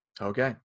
Okay